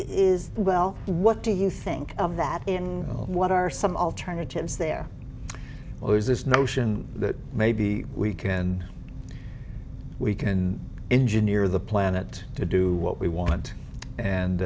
is well what do you think of that in what are some alternatives there or is this notion that maybe we can we can engineer the planet to do what we want and